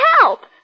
help